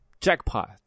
Jackpot